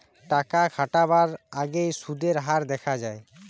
টাকা খাটাবার আগেই সুদের হার দেখা যায়